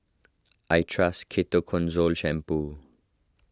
I trust Ketoconazole Shampoo